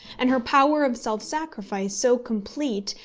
and her power of self-sacrifice so complete,